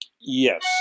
Yes